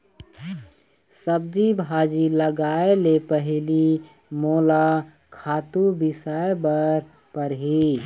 सब्जी भाजी लगाए ले पहिली मोला खातू बिसाय बर परही